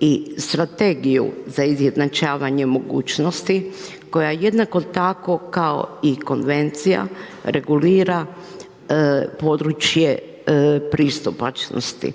i strategiju za izjednačavanje mogućnosti koja jednako tako kao i konvencija, regulira područje pristupačnosti.